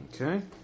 Okay